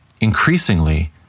Increasingly